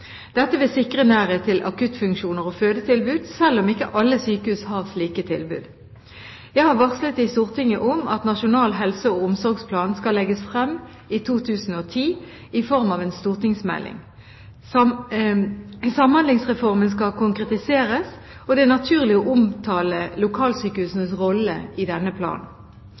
Dette vil sikre nærhet til akuttfunksjoner og fødetilbud, selv om ikke alle sykehus har slike tilbud. Jeg har varslet Stortinget om at Nasjonal helse- og omsorgsplan skal legges frem i 2010 i form av en stortingsmelding. Samhandlingsreformen skal konkretiseres, og det er naturlig å omtale lokalsykehusenes rolle i denne planen.